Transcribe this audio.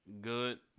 good